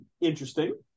interesting